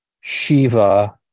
shiva